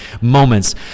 moments